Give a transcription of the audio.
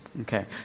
Okay